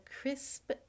crisp